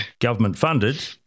government-funded